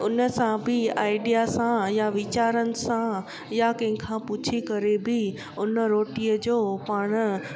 उन सां बि आइडिया सां या वीचारनि सां या कंहिंखां पुछी करे बि उन रोटीअ जो पाण